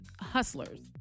Hustlers